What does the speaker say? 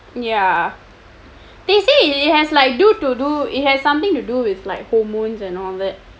ya they say it has like do to do it has something to do with like hormones and all that